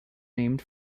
named